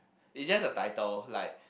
it just a title like